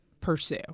pursue